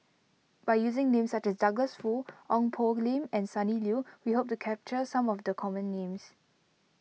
by using names such as Douglas Foo Ong Poh Lim and Sonny Liew we hope to capture some of the common names